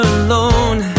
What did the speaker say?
alone